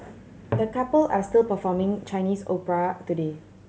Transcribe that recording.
the couple are still performing Chinese opera today